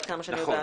עד כמה שאני יודעת.